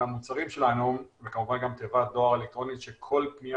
המוצרים שלנו וכמובן גם תיבת דואר אלקטרונית שכל פניה